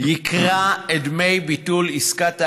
ייקרה את דמי ביטול עסקת אשראי,